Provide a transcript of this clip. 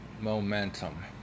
momentum